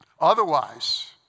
otherwise